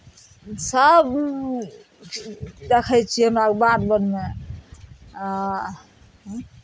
सभ देखै छियै हमरा आरके बाध बनमे आ